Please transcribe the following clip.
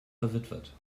verwitwet